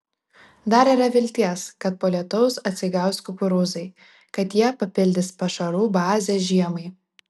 dar yra vilties kad po lietaus atsigaus kukurūzai kad jie papildys pašarų bazę žiemai